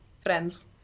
friends